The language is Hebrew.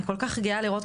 אני כל כך גאה לראות,